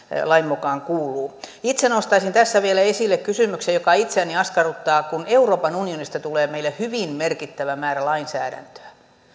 lain mukaan kuuluu itse nostaisin tässä vielä esille kysymyksen joka itseäni askarruttaa kun euroopan unionista tulee meille hyvin merkittävä määrä lainsäädäntöä